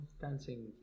dancing